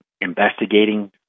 investigating